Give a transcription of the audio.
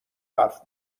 حرف